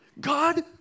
God